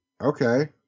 Okay